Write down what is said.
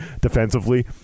defensively